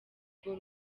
urwo